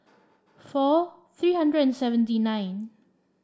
four three hundred and seventy nine